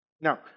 Now